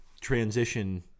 transition